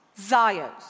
Zios